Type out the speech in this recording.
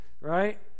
right